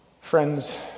Friends